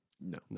No